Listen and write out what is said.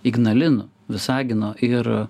ignalinos visagino ir